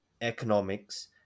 economics